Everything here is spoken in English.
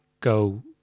go